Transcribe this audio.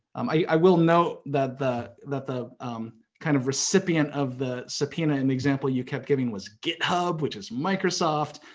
i will note that the that the kind of recipient of the subpoena in the example you kept giving was github, which is microsoft,